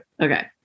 Okay